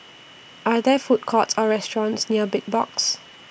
Are There Food Courts Or restaurants near Big Box